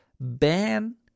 ban